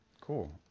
cool